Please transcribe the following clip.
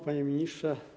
Panie Ministrze!